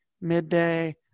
midday